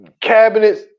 cabinets